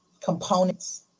components